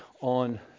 on